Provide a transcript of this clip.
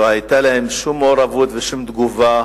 לא היתה להם שום מעורבות ושום תגובה